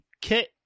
Kit